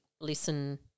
listen